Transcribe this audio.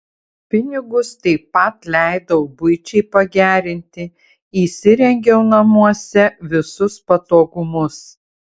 pinigus taip pat leidau buičiai pagerinti įsirengiau namuose visus patogumus